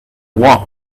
what